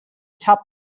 tap